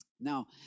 Now